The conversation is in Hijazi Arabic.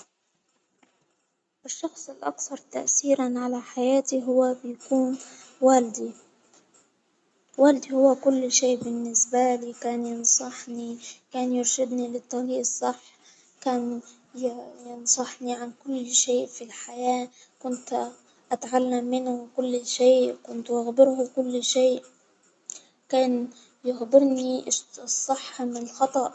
الشخص الأكثر تأثيرا على حياتي هو بيكون والدي، والدي هو كل شيء بالنسبة لي كان ينصحني، كان يرشدني للطريق الصح، كان ينصحني عن كل شيء في الحياة، كنت أتعلم منه كل كنت أخبره كل شيء كان يخبرني الصح من خطأ.